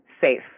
safe